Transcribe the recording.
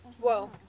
whoa